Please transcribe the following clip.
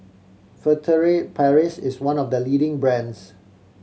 Furtere Paris is one of the leading brands